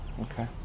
okay